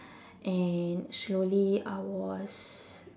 and slowly I was